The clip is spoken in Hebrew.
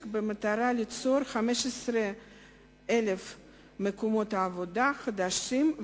במטרה ליצור 15,000 מקומות עבודה חדשים,